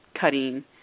cutting